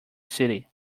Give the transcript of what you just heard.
city